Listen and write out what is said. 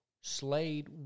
Slade